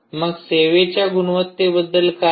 मग सेवेच्या गुणवत्तेबद्दल काय